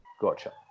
gotcha